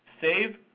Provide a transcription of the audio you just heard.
save